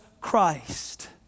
Christ